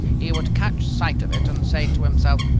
he would catch sight of it and say to himself,